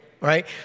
Right